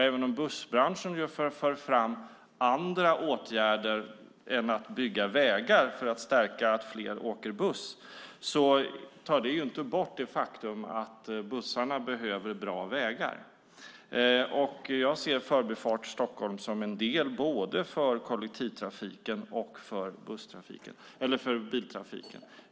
Även om Bussbranschen för fram andra åtgärder än att bygga vägar för att få fler att åka buss tar det inte bort det faktum att bussarna behöver bra vägar. Jag ser Förbifart Stockholm som något både för busstrafiken och för biltrafiken.